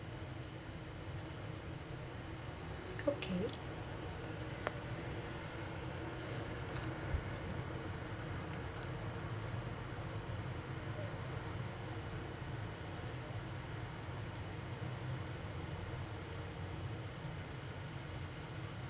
okay